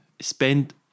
spend